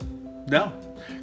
No